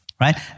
right